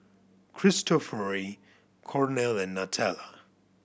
Cristofori Cornell and Nutella